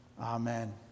Amen